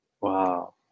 wow